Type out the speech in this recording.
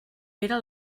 era